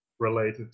Related